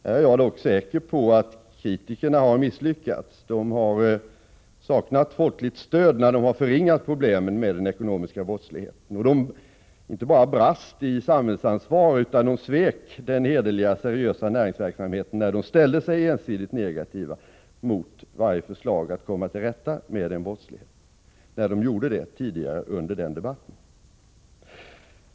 Jag är dock säker på att kritikerna har misslyckats. De har saknat folkligt stöd när de har förringat problemen med den ekonomiska brottsligheten. De inte bara brast i samhällsansvar, utan de svek den hederliga, seriösa näringsverksamheten då de ställde sig ensidigt negativa mot varje förslag som gick ut på att komma till rätta med denna brottslighet. Herr talman! Låt mig slå fast fyra saker.